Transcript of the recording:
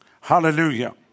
Hallelujah